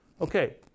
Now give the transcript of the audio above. Okay